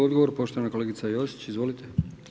Odgovor poštovana kolegica Josić, izvolite.